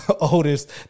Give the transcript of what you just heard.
oldest